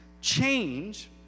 change